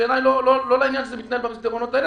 בעיניי זה לא לעניין שזה מתנהל במסדרונות האלה,